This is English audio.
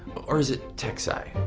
or is it texii?